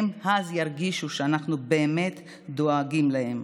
אז הם ירגישו שאנחנו באמת דואגים להם.